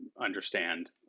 understand